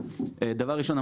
דבר ראשון,